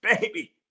baby